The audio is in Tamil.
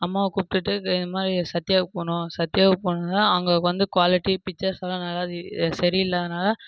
அம்மாவை கூப்பிட்டுட்டு இந்தமாதிரி சத்தியாவுக்கு போனோம் சத்தியாவுக்கு போனவொடனே அங்கே வந்து குவாலிட்டி பிக்சர்ஸ்லாம் நல்லா சரியில்லாததனால